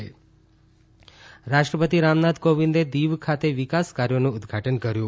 રાષ્ટ્રપતિ દીવ રાષ્ટ્રપતિ રામનાથ કોવિંદે દીવ ખાતે વિકાસ કાર્યોનું ઉદઘાટન કર્યુ